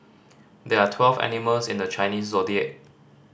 there are twelve animals in the Chinese Zodiac